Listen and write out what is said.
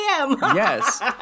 Yes